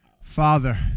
Father